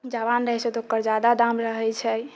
जवान रहै छै तऽ ओकर जादा दाम रहै छै